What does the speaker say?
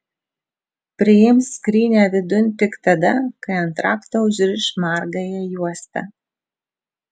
priims skrynią vidun tik tada kai ant rakto užriš margąją juostą